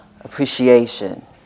appreciation